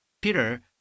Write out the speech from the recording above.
Peter